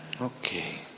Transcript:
Okay